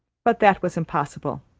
but that was impossible,